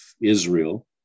Israel